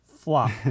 Flop